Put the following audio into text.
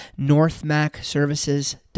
NorthMacServices.com